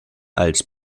als